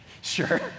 sure